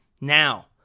Now